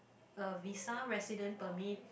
a visa resident permit